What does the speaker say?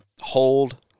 hold